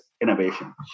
innovation